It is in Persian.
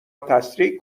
تسریع